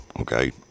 okay